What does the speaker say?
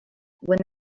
when